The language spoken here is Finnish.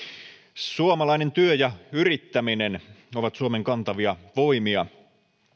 suomalainen työ ja yrittäminen ovat suomen kantavia voimia